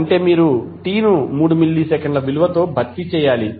అంటే మీరు t ను 3 మిల్లీసెకన్ల విలువతో భర్తీ చేయాలి